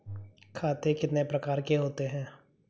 खाते कितने प्रकार के होते हैं?